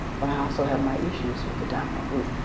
but i also have my issues with the dominant group,